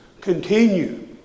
continue